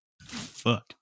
Fuck